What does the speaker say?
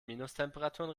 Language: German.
minustemperaturen